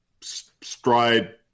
stride